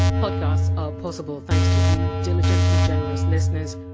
podcasts are possible thanks to you diligent and generous listeners.